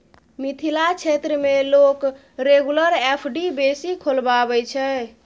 मिथिला क्षेत्र मे लोक रेगुलर एफ.डी बेसी खोलबाबै छै